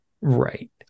right